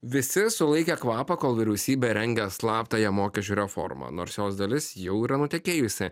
visi sulaikė kvapą kol vyriausybė rengia slaptąją mokesčių reformą nors jos dalis jau yra nutekėjusi